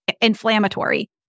inflammatory